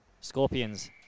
Scorpions